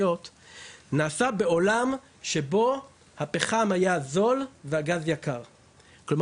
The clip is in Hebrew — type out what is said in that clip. החיצוניות הכי משמעותיות בישראל ובפרט יחידות 1-4. אם